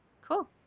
Cool